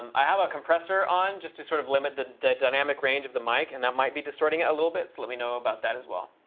um i have a compressor on, just to sort of limit the the dynamic range of the mic, and that might be distorting it a little bit. so let me know about that as well.